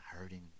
hurting